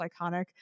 iconic